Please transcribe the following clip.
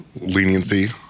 Leniency